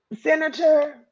Senator